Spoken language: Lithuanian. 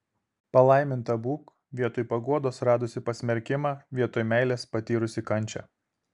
palaiminta būk vietoj paguodos radusi pasmerkimą vietoj meilės patyrusi kančią